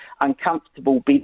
uncomfortable